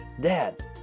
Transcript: Dad